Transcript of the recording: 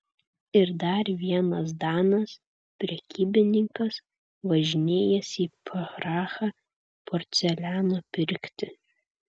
ir dar vienas danas prekybininkas važinėjęs į prahą porceliano pirkti